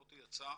מוטי יצא,